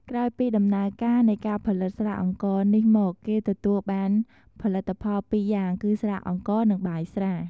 ក្រោយពីដំណើរការនៃការផលិតស្រាអង្ករនេះមកគេទទួលបាន ផលិតផល២យ៉ាងគឹ ស្រាអង្ករ នឹងបាយស្រា។